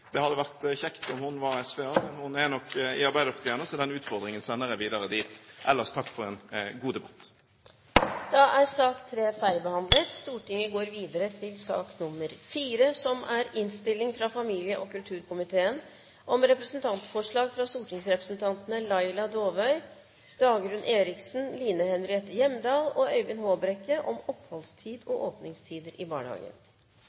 Det hadde vært kjekt om hun var SV-er, men hun er nok i Arbeiderpartiet ennå, så den utfordringen sender jeg videre dit. Ellers: Takk for en god debatt. Dermed er sak nr. 3 ferdigbehandlet. Etter ønske fra familie- og kulturkomiteen vil presidenten foreslå at taletiden begrenses til 40 minutter og fordeles med inntil 5 minutter til hvert parti og